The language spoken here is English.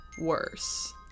worse